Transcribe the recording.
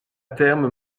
terme